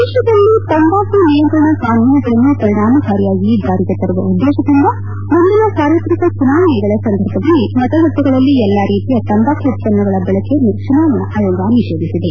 ದೇಶದಲ್ಲಿ ತಂಬಾಕು ನಿಯಂತ್ರಣ ಕಾನೂನುಗಳನ್ನು ಪರಿಣಾಮಕಾರಿಯಾಗಿ ಜಾರಿಗೆ ತರುವ ಉದ್ದೇಶದಿಂದ ಮುಂದಿನ ಸಾರ್ವತ್ರಿಕ ಚುನಾವಣೆಗಳ ಸಂದರ್ಭದಲ್ಲಿ ಮತಗಟ್ಟೆಗಳಲ್ಲಿ ಎಲ್ಲಾ ರೀತಿಯ ತಂಬಾಕು ಉತ್ತನ್ನಗಳ ಬಳಕೆಯನ್ನು ಚುನಾವಣಾ ಆಯೋಗ ನಿಷೇಧಿಸಿದೆ